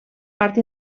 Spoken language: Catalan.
part